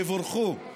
תבורכו.